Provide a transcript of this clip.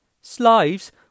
Slaves